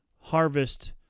harvest